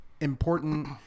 important